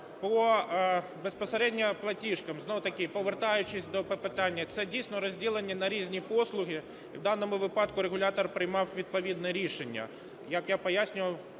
Безпосередньо по платіжках, знову-таки, повертаючись до питання, це, дійсно, розділення на різні послуги. У даному випадку регулятор приймав відповідне рішення, як я пояснював,